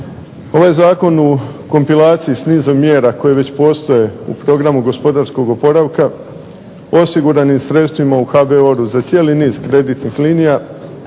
Ovaj zakon u kompilaciji s nizom mjera koje već postoje u Programu gospodarskog oporavka osiguran je sredstvima u HBOR-u za cijeli niz kreditnih linija